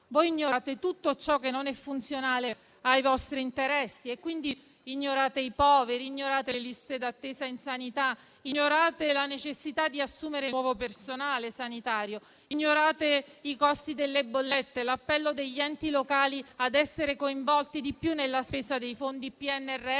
voi ignorate tutto ciò che non è funzionale ai vostri interessi e quindi ignorate i poveri, ignorate le liste d'attesa in sanità, ignorate la necessità di assumere nuovo personale sanitario, ignorate i costi delle bollette, l'appello degli enti locali ad essere coinvolti di più nella spesa dei fondi PNRR,